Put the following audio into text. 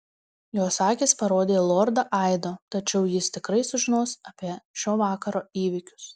jos akys parodė į lordą aido tačiau jis tikrai sužinos apie šio vakaro įvykius